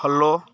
follow